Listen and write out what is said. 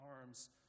arms